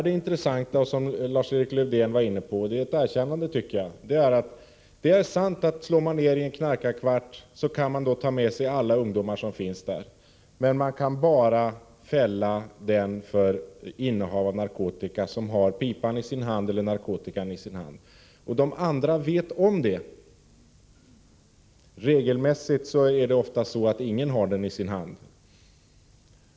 Det intressanta som Lars-Erik Lövdén var inne på — vilket jag tycker är ett erkännande — är att det är sant att om man slår ned i en knarkarkvart kan man ta med sig alla ungdomar som finns där, men man kan bara fälla den som har pipan eller narkotikan i sin hand för innehav av narkotika. De andra vet om detta. Regelmässigt har ingen pipan i sin hand.